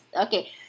Okay